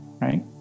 right